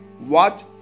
watch